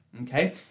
Okay